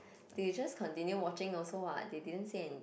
they just continue watching also what they didn't say anything